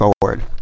forward